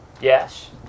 Yes